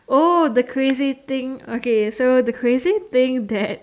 oh the crazy thing okay so the crazy thing that